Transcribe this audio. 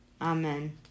Amen